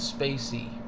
Spacey